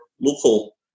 local